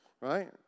right